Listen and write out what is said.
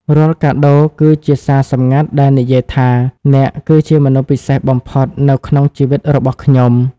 រាល់កាដូគឺជាសារសម្ងាត់ដែលនិយាយថា «អ្នកគឺជាមនុស្សពិសេសបំផុតនៅក្នុងជីវិតរបស់ខ្ញុំ»។